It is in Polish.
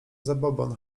zabobon